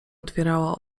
otwierała